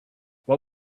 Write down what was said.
what